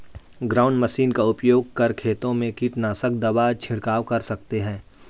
ground machine का उपयोग कर खेतों में कीटनाशक दवा का झिड़काव कर सकते है